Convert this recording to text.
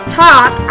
talk